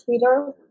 Twitter